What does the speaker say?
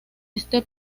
este